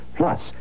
Plus